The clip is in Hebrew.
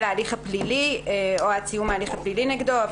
ההליך הפלילי" או "עד סיום ההליך הפלילי נגדו."